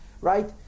Right